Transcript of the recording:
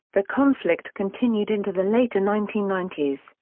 the conflict continued into the later nineteen ninety s.